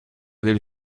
del